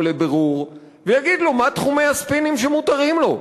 לבירור ויגיד לו מה תחומי הספינים שמותרים לו.